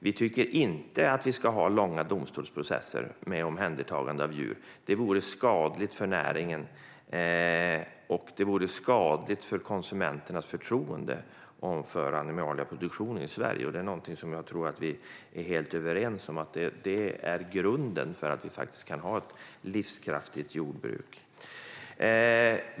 Vi tycker inte att vi ska ha långa domstolsprocesser om omhändertagande av djur. Det vore skadligt för näringen, för konsumenternas förtroende och för animalieproduktionen i Sverige. Jag tror att vi är helt överens om att det här förslaget är en grund för ett livskraftigt jordbruk.